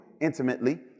intimately